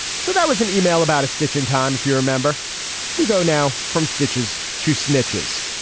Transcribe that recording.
so that was an email about a stitch in time. if you remember we go now from stitches to snitches.